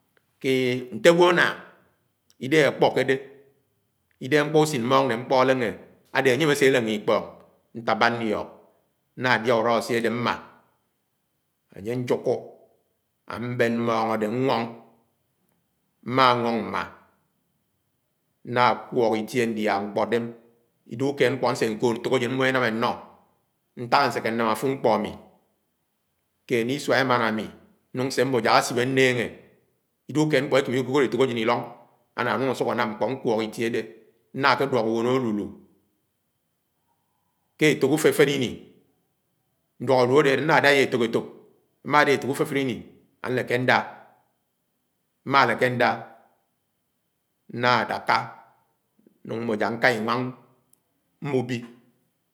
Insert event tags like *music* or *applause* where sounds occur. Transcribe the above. Nté ágwo áñnáng idéhé àkpór kèdé, ìdéhé ñkpọ ùsin mmòng ne ñkpọ àlenge àdé ányém ase alénge ìkpọng. Ñtábã ñliok ññadĩa ùloási àdé mmá añye ajùkú abén m̃mọng adé ñwọng, mma ñwọng m̃má nna kwọk itie ndia ñkpọdé idéhé ùkéed ñkpo asé ñkoód ntoàjén m̃m̃o énàm éno, nták asèké nàm afúd ñkpo àmi ákènè isua èmànà àmi nsè m̃mó nà àsip ànéngé. Ìdéhé ùkeéd ñkpọ ekeme ikoód atokajen ilóng ana nùng àsúk ánàm ñkpọ ñkwọk itièdé, ññá kèdùok ñwón àlùlú *hesitation* kè efok ùféféni-ini. Ñduòk alulú adé ñña dáyá etók-etók, ámá ùféfeni-ini àléké ñdá m̃má lékéndá ñña dakka núng m̃mó né nká iñwáng m̃bùbi.